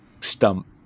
stump